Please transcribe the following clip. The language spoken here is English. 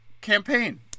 campaign